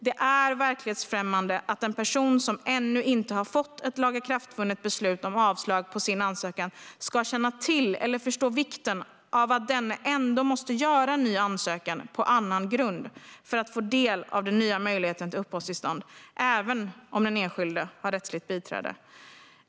Det är verklighetsfrämmande att en person som ännu inte har fått ett lagakraftvunnet beslut om avslag på sin ansökan ska känna till eller förstå vikten av att denne ändå måste göra en ny ansökan på annan grund för att få del av den nya möjligheten till uppehållstillstånd, även om den enskilde har ett rättsligt biträde.